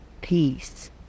peace